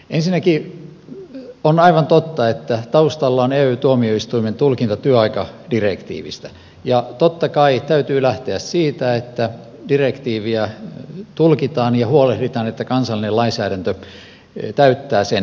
ensinnäkin on aivan totta että taustalla on ey tuomioistuimen tulkinta työaikadirektiivistä ja totta kai täytyy lähteä siitä että direktiiviä tulkitaan ja huolehditaan että kansallinen lainsäädäntö täyttää sen